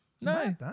No